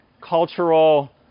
cultural